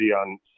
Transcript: on